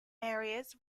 areas